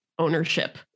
ownership